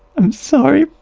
i'm sorry,